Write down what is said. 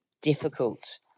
difficult